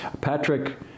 Patrick